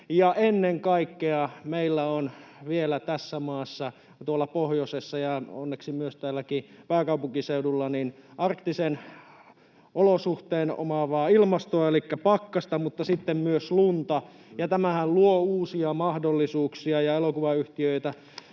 ennen kaikkea meillä on vielä tässä maassa, tuolla pohjoisessa ja onneksi myös täällä pääkaupunkiseudullakin, arktisen olosuhteen omaavaa ilmastoa elikkä pakkasta mutta sitten myös lunta, ja tämähän luo uusia mahdollisuuksia ja saa elokuvayhtiöitä